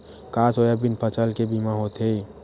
का सोयाबीन फसल के बीमा होथे?